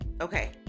okay